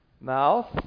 mouth